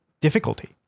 difficulty